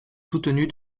soutenue